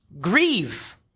Grieve